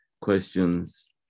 questions